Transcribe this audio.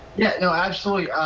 yeah, you know absolutely.